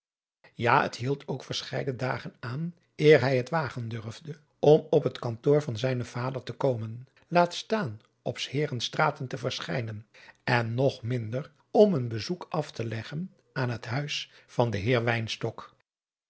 ja het hield ook verscheiden dagen aan eer hij het wagen durfde om op het kantoor van zijnen vader te komen laat staan op s heeren straten te verschijnen en nog minder om een bezoek af te leggen aan het huis van den heer